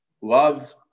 Love